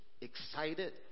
excited